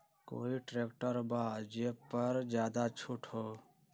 कोइ ट्रैक्टर बा जे पर ज्यादा छूट हो?